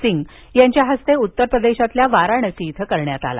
सिंह यांच्या हस्ते उत्तर प्रदेशातील वाराणसी इथं करण्यात आला